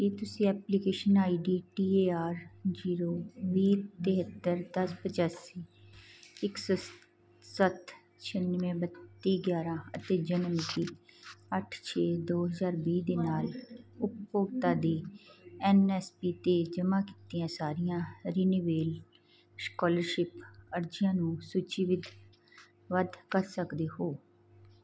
ਕੀ ਤੁਸੀਂ application I D T A R zero ਵੀਹ ਤਹੇਤਰ ਦਸ ਪਚਾਸੀ ਇੱਕ ਸੌ ਸੱਤ ਛਿਆਨਵੇਂ ਬੱਤੀ ਗਿਆਰਾਂ ਅਤੇ ਜਨਮਮਿਤੀ ਅੱਠ ਛੇ ਦੋ ਹਜ਼ਾਰ ਵੀਹ ਦੇ ਨਾਲ ਉਪਭੋਗਤਾ ਦੀ ਐਨ ਐਸ ਪੀ 'ਤੇ ਜਮ੍ਹਾਂ ਕੀਤੀਆਂ ਸਾਰੀਆਂ ਰਿਨਿਵੇਲ ਸਕਾਲਰਸ਼ਿਪ ਅਰਜ਼ੀਆਂ ਨੂੰ ਸੂਚੀਵਿਧ ਬੱਧ ਕਰ ਸਕਦੇ ਹੋ